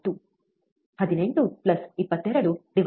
18 22 2